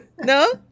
No